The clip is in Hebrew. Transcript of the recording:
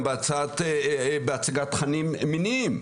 גם בהצגת תכנים מיניים,